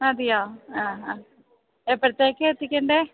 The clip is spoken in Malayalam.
മതിയോ ഹ ഹാ എപ്പോഴത്തേക്കാണ് എത്തിക്കേണ്ടത്